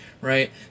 Right